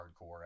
hardcore